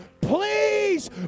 please